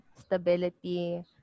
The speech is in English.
Stability